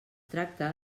tracta